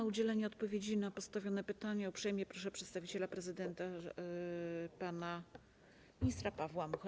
O udzielenie odpowiedzi na postawione pytania uprzejmie proszę przedstawiciela prezydenta pana ministra Pawła Muchę.